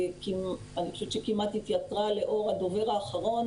אני חושבת שכמעט התייתרה לאור הדובר האחרון,